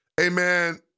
amen